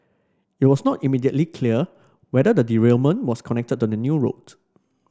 it was not immediately clear whether the derailment was connected to the new route